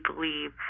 believe